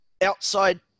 outside